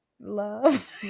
Love